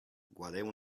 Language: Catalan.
guardeu